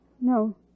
No